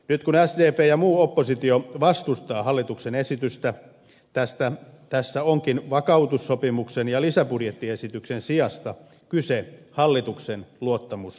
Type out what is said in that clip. nyt kun sdp ja muu oppositio vastustaa hallituksen esitystä tässä onkin vakautussopimuksen ja lisäbudjettiesityksen sijasta kyse hallituksen luottamusäänestyksestä